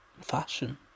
fashion